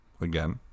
Again